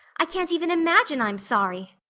i can't even imagine i'm sorry.